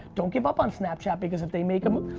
don't give up on snapchat because if they make a move,